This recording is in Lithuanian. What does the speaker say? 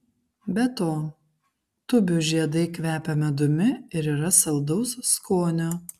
be to tūbių žiedai kvepia medumi ir yra saldaus skonio